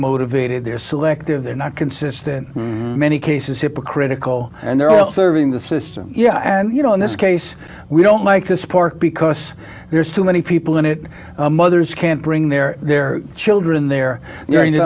they're selective they're not consistent many cases hypocritical and they're all serving the system yeah and you know in this case we don't like this park because there's too many people in it mothers can't bring their their children there during the